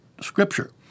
scripture